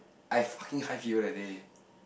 I fucking high fever that day